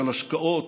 של השקעות,